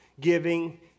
giving